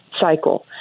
cycle